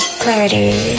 clarity